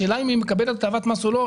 השאלה אם היא מקבלת הטבת מס או לא,